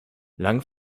lang